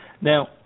Now